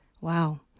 Wow